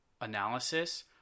analysis